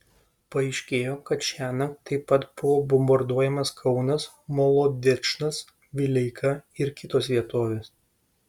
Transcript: paaiškėjo kad šiąnakt taip pat buvo bombarduojamas kaunas molodečnas vileika ir kitos vietovės